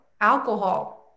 alcohol